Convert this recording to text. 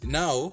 now